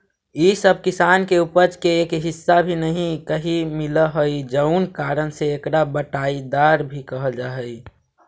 इ सब किसान के उपज के एक हिस्सा भी कहीं कहीं मिलऽ हइ जउन कारण से एकरा बँटाईदार भी कहल जा हइ